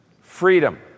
freedom